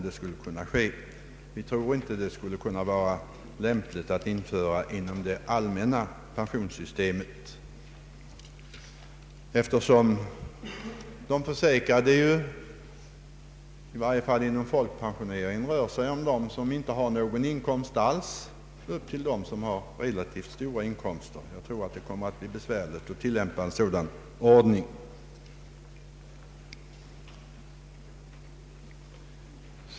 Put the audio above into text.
Detta förfaringssätt vore inte lämpligt att införa inom det allmänna pensionssystemet, eftersom de försäkrade, i varje fall när det gäller folkpensioneringen, kan vara helt utan inkomst eller ha relativt höga inkomster. Det vore därför besvärligt att tillämpa en sådan ordning.